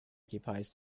occupies